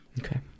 Okay